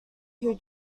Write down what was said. who